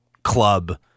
Club